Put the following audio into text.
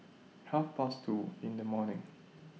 Half Past two in The morning